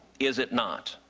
is it not,